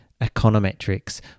econometrics